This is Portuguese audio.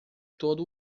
todo